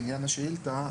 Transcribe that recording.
בעניין השאילתה,